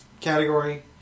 category